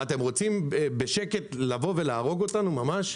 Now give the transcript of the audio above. מה אתם רוצים בשקט לבוא ולהרוג אותנו ממש?